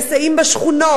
והם מסייעים בשכונות,